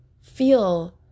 feel